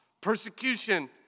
persecution